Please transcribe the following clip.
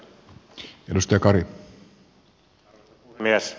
arvoisa puhemies